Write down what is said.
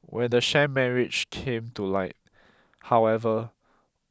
when the sham marriage came to light however